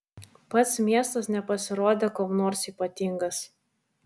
pats miestas nepasirodė kuom nors ypatingas